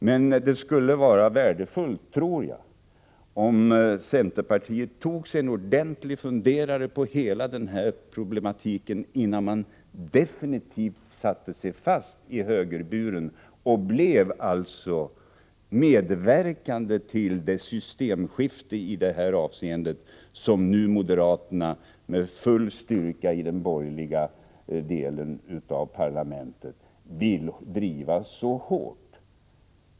Men jag tror att det skulle vara värdefullt om centerpartiet tog sig en ordentlig funderare på hela den här problematiken, innan man definitivt sätter sig fast i högerburen och därmed medverkar till det systemskifte i detta avseende som moderaterna nu med full styrka i den borgerliga delen av parlamentet vill driva så hårt.